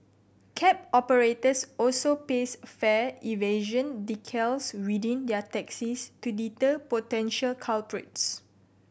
cab operators also paste fare evasion decals within their taxis to deter potential culprits